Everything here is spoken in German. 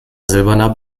silberner